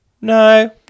No